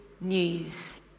news